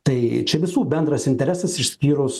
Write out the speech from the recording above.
tai čia visų bendras interesas išskyrus